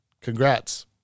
Congrats